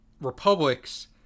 republics